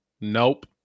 Nope